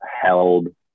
held